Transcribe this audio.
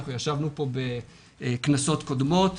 אנחנו ישבנו פה בכנסות קודמות,